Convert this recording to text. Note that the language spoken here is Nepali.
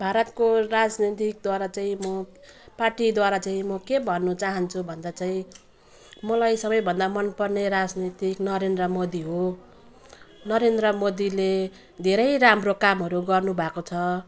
भारतको राजनीतिकद्वारा चाहिँ म पार्टीद्वारा चाहिँ म के भन्नचाहन्छु भन्दा चाहिँ मलाई सबैभन्दा मनपर्ने राजनीतिज्ञ नरेन्द्र मोदी हो नरेन्द्र मोदीले धेरै राम्रो कामहरू गर्नुभएको छ